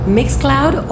Mixcloud